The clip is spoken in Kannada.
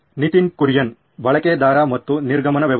ನಿತಿನ್ ಕುರಿಯನ್ ಬಳಕೆದಾರ ಮತ್ತು ನಿರ್ಗಮನ ವ್ಯವಸ್ಥೆ